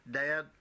dad